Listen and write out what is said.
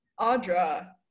Audra